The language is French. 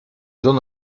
johns